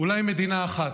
אולי מדינה אחת,